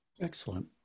Excellent